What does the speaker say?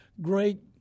great